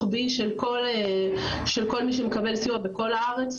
שאנחנו מציבים הוא היעד הרוחבי של כל מי שמקבל סיוע בכל הארץ,